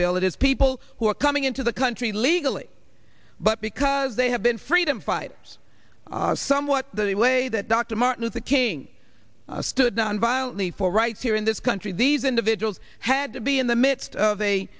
bill it is people who are coming into the country legally but because they have been freedom fighters somewhat the way that dr martin luther king stood nonviolently for rights here in this country these individuals had to be in the midst of a